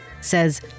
says